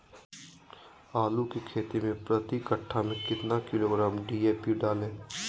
आलू की खेती मे प्रति कट्ठा में कितना किलोग्राम डी.ए.पी डाले?